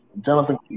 Jonathan